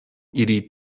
ili